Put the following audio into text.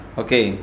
okay